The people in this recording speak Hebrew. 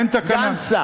אבל תעשה